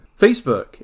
Facebook